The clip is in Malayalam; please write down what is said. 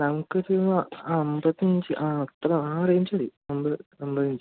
നമുക്ക് ഒരു അമ്പതിഞ്ച് ആ അത്ര ആ റേഞ്ച് മതി അമ്പത് അമ്പതിഞ്ച്